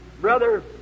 Brother